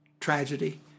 tragedy